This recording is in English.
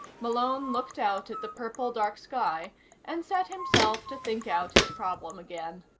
malone looked out at the purple-dark sky and set himself to think out his problem again.